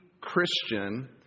Christian